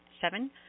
Seven